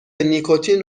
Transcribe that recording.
نیکوتین